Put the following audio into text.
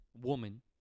woman